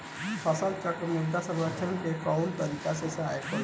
फसल चक्रण मृदा संरक्षण में कउना तरह से सहायक होला?